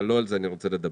אבל לא על זה אני רוצה לדבר.